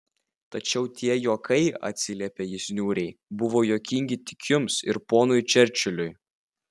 tačiau tie juokai atsiliepė jis niūriai buvo juokingi tik jums ir ponui čerčiliui